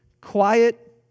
quiet